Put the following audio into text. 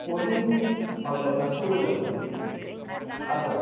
ᱩᱱᱤ ᱦᱚᱸᱞᱮ ᱟᱹᱥᱩᱞ ᱞᱮᱫᱮᱭᱟ ᱟᱫᱚ